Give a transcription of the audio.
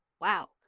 Wow